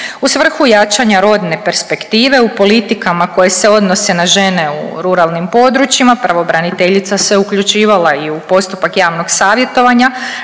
U svrhu jačanja rodne perspektive u politikama koje se odnose na žene u ruralnim područjima pravobraniteljica se uključivala i u postupak javnog savjetovanja